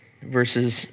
Verses